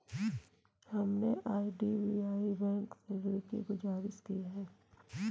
हमने IDBI bank से ऋण की गुजारिश की है